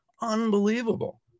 Unbelievable